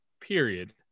period